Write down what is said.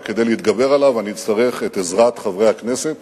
וכדי להתגבר עליו אני אצטרך את עזרת חברי הכנסת